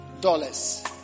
dollars